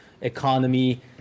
economy